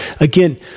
Again